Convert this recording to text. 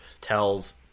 tells